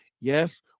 yes